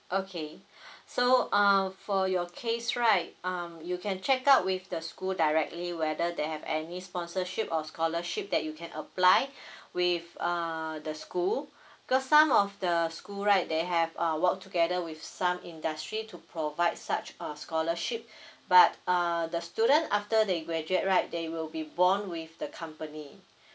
okay so uh for your case right um you can check out with the school directly whether they have any sponsorship or scholarship that you can apply with uh the school cause some of the school right they have uh work together with some industry to provide such a scholarship but uh the student after they graduate right they will be bond with the company